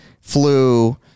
flu